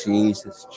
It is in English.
Jesus